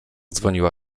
dzwoniła